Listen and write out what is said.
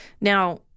Now